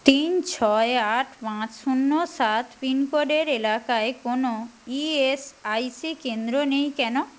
তিন ছয় আট পাঁচ শূন্য সাত পিনকোডের এলাকায় কোনও ই এস আই সি কেন্দ্র নেই কেন